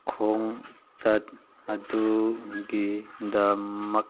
ꯈꯣꯡꯆꯠ ꯑꯗꯨꯒꯤꯗꯃꯛ